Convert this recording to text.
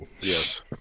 yes